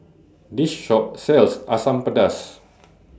This Shop sells Asam Pedas